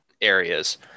areas